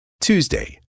Tuesday